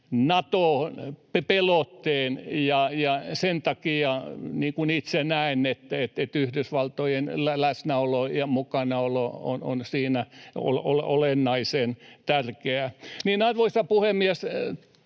Nato-pelotteen, ja sen takia itse näen, että Yhdysvaltojen läsnäolo ja mukanaolo on siinä olennaisen tärkeää.